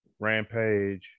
Rampage